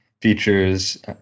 features